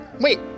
Wait